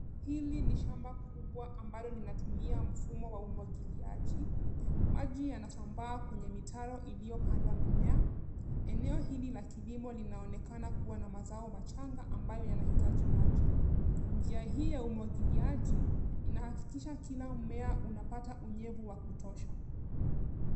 Hili ni shamba kubwa ambalo linatumia mfumo wa umwagiliaji. Maji yanasambaa kwenye mitaro iliyopandwa mimea. Eneo hili la kilimo linaonekana kuwa na mazao machanga ambayo yanahitaji maji. Njia hii ya umwagiliaji inahakikisha kila mmea unapata unyevu wa kutosha.